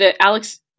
Alex